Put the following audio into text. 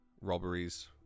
robberies